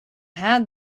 had